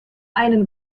einen